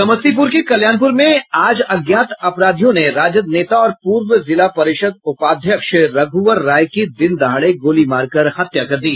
समस्तीपुर के कल्याणपुर में आज अज्ञात अपराधियों ने राजद नेता और पूर्व जिला परिषद उपाध्यक्ष रघ्वर राय की दिन दहाड़े गोली मारकर हत्या कर दी